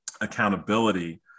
accountability